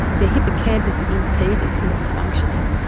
the hippocampus is impeded in its functioning.